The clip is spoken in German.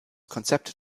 konzept